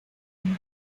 vivir